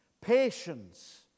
patience